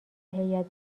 هیات